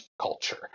culture